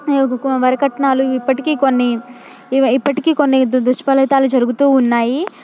గు కో వరకట్నాలు ఇప్పటికీ కొన్ని ఇవి ఇప్పటికీ కొన్ని దు దుష్పలితాలు జరుగుతూ ఉన్నాయి